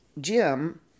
Jim